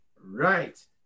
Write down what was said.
right